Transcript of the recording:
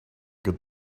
good